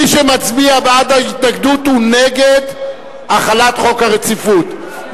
מי שמצביע בעד ההתנגדות הוא נגד החלת חוק הרציפות,